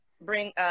bring